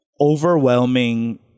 overwhelming